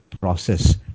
process